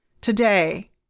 today